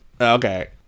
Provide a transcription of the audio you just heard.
Okay